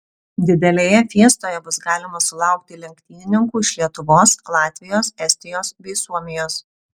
didelėje fiestoje bus galima sulaukti lenktynininkų iš lietuvos latvijos estijos bei suomijos